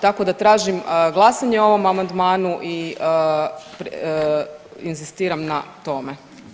Tako da tražim glasanje o ovom amandmanu i inzistiram na tome.